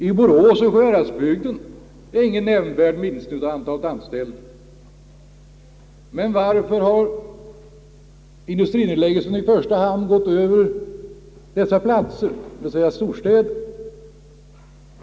I Borås och Sjuhäradsbygden har det inte förekommit någon nämnvärd minskning av antalet anställda. Varför har industrinedläggningarna i första hand gått ut över dessa större städer?